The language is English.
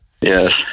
Yes